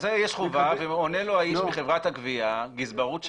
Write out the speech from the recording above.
חובה, ועונה לו האיש מחברת הגבייה: גזברות שלום,